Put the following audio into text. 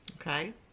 Okay